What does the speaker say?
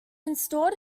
installed